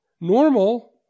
Normal